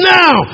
now